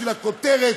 בשביל הכותרת,